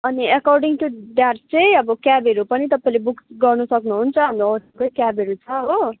अनि according to that चाहिँ अब क्याबहरू पनि तपाईँले बुक गर्नु सक्नुहुन्छ हाम्रो होटलकै क्याबहरू छ हो